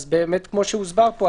כמו שהוסבר פה,